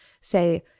say